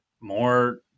more